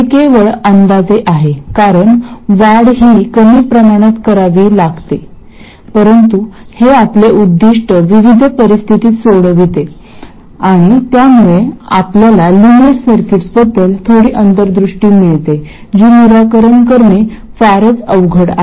हे केवळ अंदाजे आहे कारण वाढ ही कमी प्रमाणात करावी लागेल परंतु हे आपले उद्दीष्ट विविध परिस्थितीत सोडवते आणि त्यामुळे आम्हाला नॉनलिनियर सर्किट्सबद्दल थोडी अंतर्दृष्टी मिळते जी निराकरण करणे फारच अवघड आहे